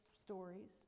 stories